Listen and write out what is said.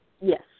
Yes